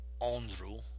Andrew